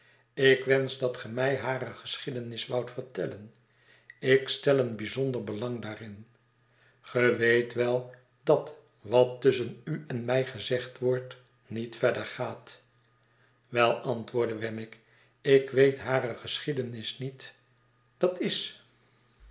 ik wensch dat ge mij hare geschiedenis woudt vertelleh ik stel een bijzonder belang daarin ge weet wel dat wat tusschen u en mij gezegd wordt niet verder gaat wel antwoordde wemmick ik weet hare geschiedenis niet dat is